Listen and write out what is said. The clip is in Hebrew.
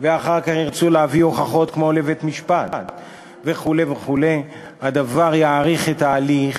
ואחר כך ירצו להביא הוכחות כמו לבית-משפט וכו' וכו' הדבר יאריך את ההליך